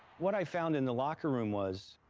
what i found in the locker room was.